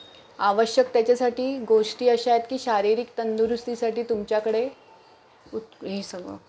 आवश्यक त्याच्यासाठी गोष्टी अशा आहेत की शारीरिक तंदुरुस्तीसाठी तुमच्याकडे उत् हे सगळं